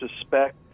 suspect